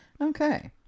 Okay